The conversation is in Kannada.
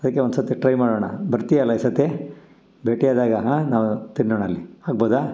ಅದಕ್ಕೆ ಒಂದು ಸರ್ತಿ ಟ್ರೈ ಮಾಡೋಣ ಬರ್ತೀಯಲ್ಲಾ ಈ ಸರ್ತಿ ಭೇಟಿ ಆದಾಗ ಹಾಂ ನಾವು ತಿನ್ನೋಣ ಅಲ್ಲಿ ಆಗ್ಬೋದ